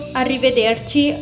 arrivederci